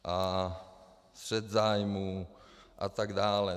A střet zájmů a tak dále.